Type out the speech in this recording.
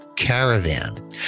caravan